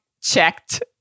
checked